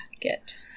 get